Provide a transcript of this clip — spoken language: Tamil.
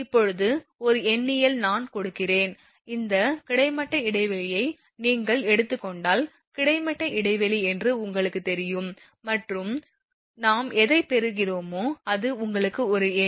இப்போது ஒரு எண்ணியல் நான் கொடுக்கிறேன் இந்த கிடைமட்ட இடைவெளியை நீங்கள் எடுத்துக் கொண்டால் கிடைமட்ட இடைவெளி என்று உங்களுக்கு தெரியும் மற்றும் ஆ நாம் எதைப் பெறுகிறோமோ அது உங்களுக்கு ஒரு எண்